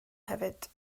hefyd